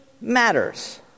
matters